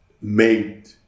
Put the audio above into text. made